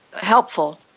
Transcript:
helpful